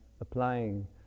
applying